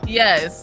yes